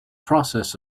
process